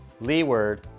Leeward